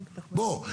בוא,